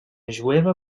jueva